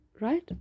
right